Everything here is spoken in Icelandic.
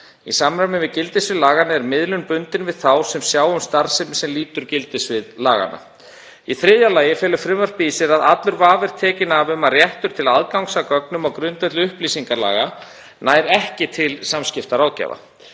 Í samræmi við gildissvið laganna er miðlunin bundin við þá sem sjá um starfsemi sem lýtur að gildissviði laganna. Í þriðja lagi felur frumvarpið í sér að allur vafi er tekinn af um að réttur til aðgangs að gögnum á grundvelli upplýsingalaga nær ekki til samskiptaráðgjafa.